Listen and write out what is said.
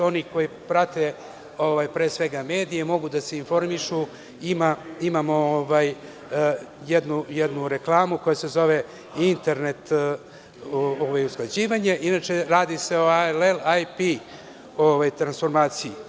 Oni koji prate medije, mogu da se informišu, imamo jednu reklamu koja se zove internet usklađivanje, a inače radi se o ILLIP transformaciji.